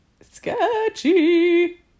sketchy